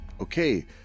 Okay